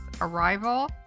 arrival